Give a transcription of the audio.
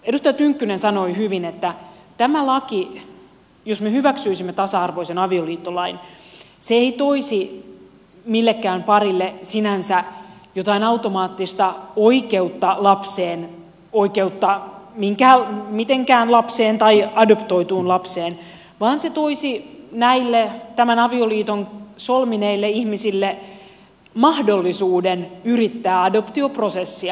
edustaja tynkkynen sanoi hyvin että tämä laki jos me hyväksyisimme tasa arvoisen avioliittolain ei toisi millekään parille sinänsä jotain automaattista oikeutta lapseen oikeutta mihinkään lapseen tai adoptoituun lapseen vaan se toisi näille avioliiton solmineille ihmisille mahdollisuuden yrittää adoptioprosessia